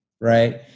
Right